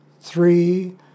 three